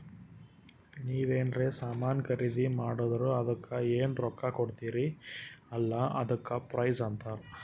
ನೀವ್ ಎನ್ರೆ ಸಾಮಾನ್ ಖರ್ದಿ ಮಾಡುರ್ ಅದುಕ್ಕ ಎನ್ ರೊಕ್ಕಾ ಕೊಡ್ತೀರಿ ಅಲ್ಲಾ ಅದಕ್ಕ ಪ್ರೈಸ್ ಅಂತಾರ್